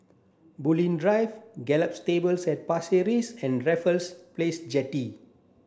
Bulim Drive Gallop Stables at Pasir Ris and Raffles Place Jetty